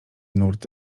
nurt